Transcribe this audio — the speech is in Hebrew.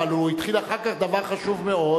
אבל הוא התחיל אחר כך דבר חשוב מאוד.